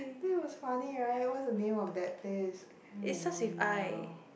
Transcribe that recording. that was funny right what's the name of that place I can't remember now